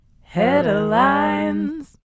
Headlines